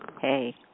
Hey